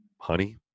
honey